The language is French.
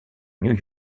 new